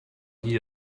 nie